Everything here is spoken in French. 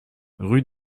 rue